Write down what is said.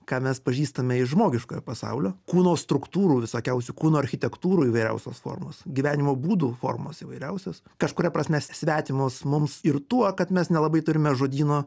ką mes pažįstame iš žmogiškojo pasaulio kūno struktūrų visokiausių kūno architektūrų įvairiausios formos gyvenimo būdų formos įvairiausios kažkuria prasme svetimos mums ir tuo kad mes nelabai turime žodyno